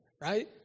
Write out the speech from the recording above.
right